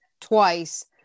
twice